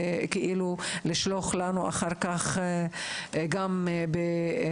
האם את יכולה לשלוח לנו אחר כך גם באחוזים?